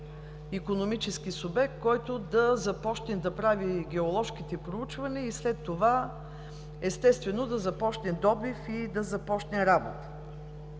икономически субект, който да започне да прави геоложките проучвания, след това, естествено, да започне добив и да започне работа.